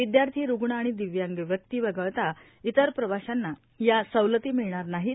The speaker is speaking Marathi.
विद्यार्थी रुग्ण आणि दिव्यांग व्यक्ती वगळता इतर प्रवाशांना या सवलती मिळणार नाहीत